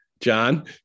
john